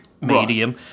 medium